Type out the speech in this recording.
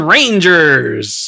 Rangers